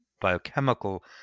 biochemical